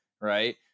right